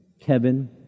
Kevin